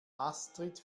astrid